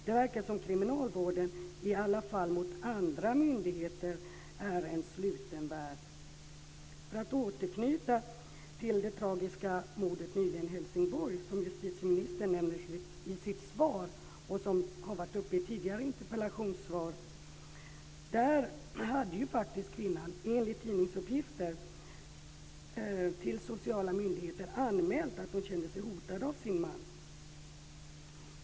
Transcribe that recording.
Det verkar som kriminalvården i alla fall jämfört med andra myndigheter är en sluten värld. För att återknyta till det tragiska mordet nyligen i Helsingborg, som justitieministern nämner i sitt svar och som har tagits upp i tidigare interpellationsdebatter, kan jag säga att kvinnan där enligt tidningsuppgifter faktiskt hade anmält till sociala myndigheter att hon kände sig hotad av sin man.